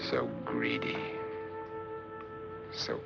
so greedy so